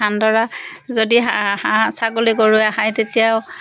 ধানডৰা যদি হাঁহ হাঁহ ছাগলী গৰুৱে খায় তেতিয়াও